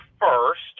first